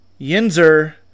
Yinzer